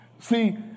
See